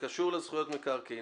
קשור לזכויות מקרקעין.